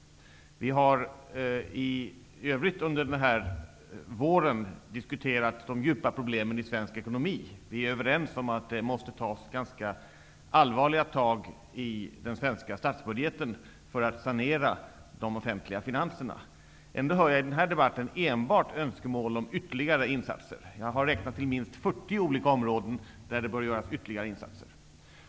Vi har i övrigt under våren diskuterat de djupa problemen i svensk ekonomi. Vi är överens om att det måste tas allvarliga tag i den svenska statsbudgeten för att sanera de offentliga finanserna. Ändå hör jag i denna debatt enbart önskemål om ytterligare insatser. Jag har räknat till minst 40 områden där det bör göras ytterligare insatser.